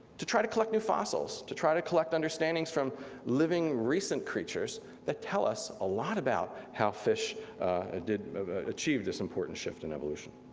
to try to collect new fossils, to try to collect understandings from living recent creatures that tell us a lot about how fish ah achieve this important shift in evolution.